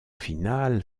final